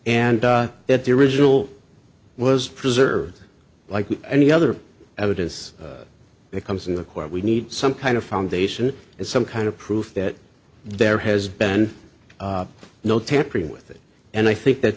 that the original was preserved like any other evidence that comes in the court we need some kind of foundation and some kind of proof that there has been no tampering with it and i think that